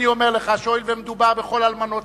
אני אומר לך שהואיל ומדובר בכל אלמנות